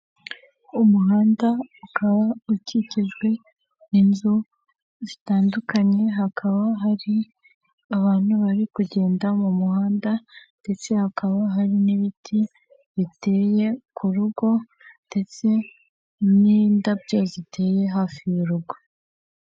Umuhanda ukaba ukikijwe n'inzu zitandukanye hakaba hari abantu bari kugenda mu muhanda ndetse hakaba hari n'ibiti biteye ku rugo ndetse n'indabyo ziteye hafi y'urugo.